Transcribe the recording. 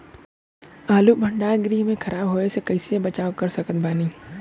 आलू भंडार गृह में खराब होवे से कइसे बचाव कर सकत बानी?